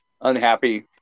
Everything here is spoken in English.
unhappy